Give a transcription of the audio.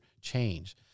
change